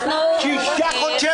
שישה חודשי מאסר.